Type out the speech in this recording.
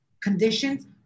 conditions